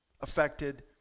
affected